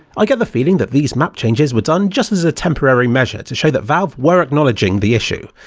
i get the feeling that these map changes were done just as a temporary measure to show that valve were acknowledging the issue,